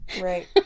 Right